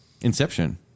Inception